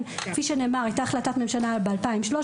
כאמור, היתה החלטת ממשלה ב-2013,